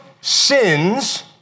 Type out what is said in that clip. sins